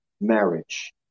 Marriage